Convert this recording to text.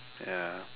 ya